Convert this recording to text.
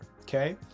Okay